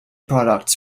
products